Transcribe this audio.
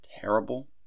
terrible